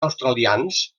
australians